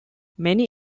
many